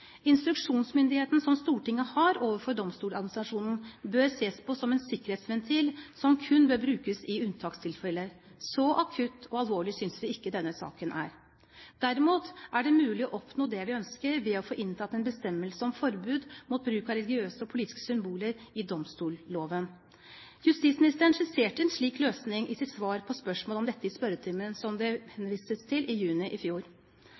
Instruksjonsmyndigheten som Stortinget har overfor Domstoladministrasjonen, bør ses på som en sikkerhetsventil som kun bør brukes i unntakstilfeller. Så akutt og alvorlig synes vi ikke denne saken er. Derimot er det mulig å oppnå det vi ønsker, ved å få inntatt en bestemmelse om forbud mot bruk av religiøse og politiske symboler i domstolloven. Justisministeren skisserte en slik løsning i sitt svar – som det ble henvist til – i juni i fjor.